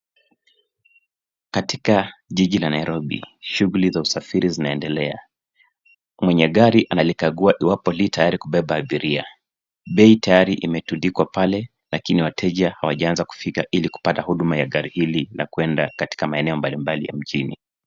Katika jiji la Nairobi shughuli za usafiri zinaendelea, mwenye gari analikagua iwapo li tayari kubeba abiria bei tayari imetundikwa pale lakini bado aboria hawajaanza kufika ili kupata huduma za gari hili katika maeneo mbalimbali mjini.